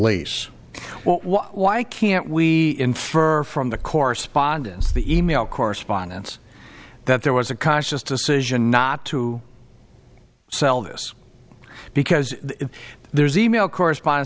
well why can't we infer from the correspondence the e mail correspondence that there was a conscious decision not to sell this because there's e mail correspond